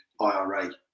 IRA